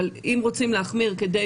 אבל אם רוצים להחמיר כדי,